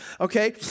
okay